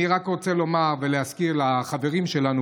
אני רק רוצה לומר ולהזכיר לחברים שלנו